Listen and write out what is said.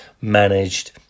managed